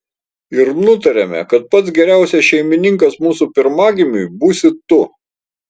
ir nutarėme kad pats geriausias šeimininkas mūsų pirmagimiui būsi tu